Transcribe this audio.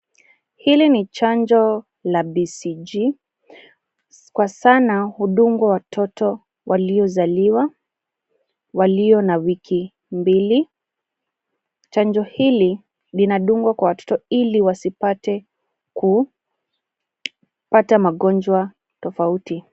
Hili ni chanjo la BCG kwa sana hudungwa watoto walio zaliwa, walio na wiki mbili. Chanjo hili lina dungwa kwa watoto ili wasipate kupata magojwa tofauti.